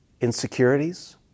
insecurities